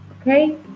Okay